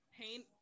paint